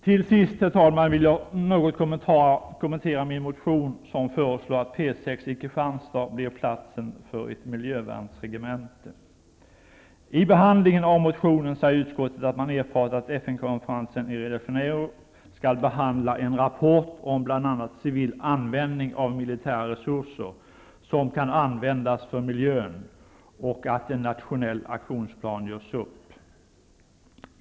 Till sist, herr talman, vill jag något kommentera min motion som föreslår att P 6 i Kristianstad blir platsen för ett miljövärnsregemente. I behandlingen av motionen säger utskottet att man erfarit att FN-konferensen i Rio de Janeiro skall behandla en rapport om bl.a. civil användning av militära resurser som kan användas för miljön och att en nationell aktionsplan görs upp.